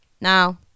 now